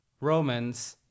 Romans